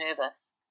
nervous